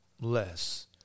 less